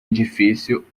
edifício